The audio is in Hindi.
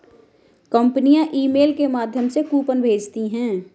कंपनियां ईमेल के माध्यम से कूपन भेजती है